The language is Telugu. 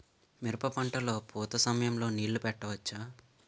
మిరప పంట లొ పూత సమయం లొ నీళ్ళు పెట్టవచ్చా?